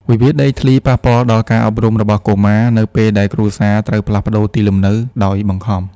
វិវាទដីធ្លីប៉ះពាល់ដល់ការអប់រំរបស់កុមារ នៅពេលដែលគ្រួសារត្រូវផ្លាស់ប្តូរទីលំនៅដោយបង្ខំ។